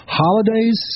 holidays